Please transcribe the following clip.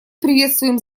приветствуем